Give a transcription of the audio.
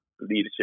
leadership